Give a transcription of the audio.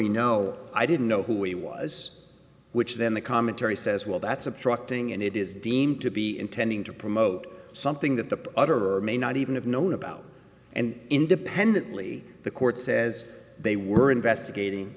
torino i didn't know who he was which then the commentary says well that's a truck thing and it is deemed to be intending to promote something that the utterer may not even have known about and independently the court says they were investigating